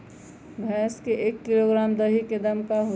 भैस के एक किलोग्राम दही के दाम का होई?